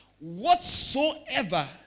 Whatsoever